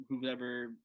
whoever